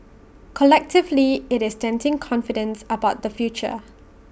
collectively IT is denting confidence about the future